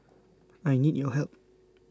I need your help